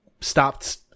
stopped